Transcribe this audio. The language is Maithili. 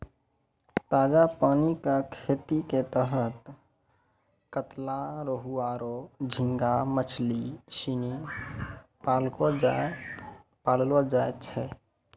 ताजा पानी कॅ खेती के तहत कतला, रोहूआरो झींगा मछली सिनी पाललौ जाय छै